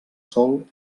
sol